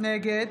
נגד